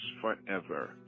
forever